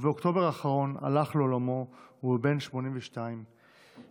ובאוקטובר האחרון הלך לעולמו והוא בן 82 שנים.